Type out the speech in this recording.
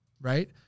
Right